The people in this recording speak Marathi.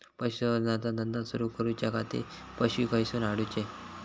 पशुसंवर्धन चा धंदा सुरू करूच्या खाती पशू खईसून हाडूचे?